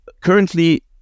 currently